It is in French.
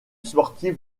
sportive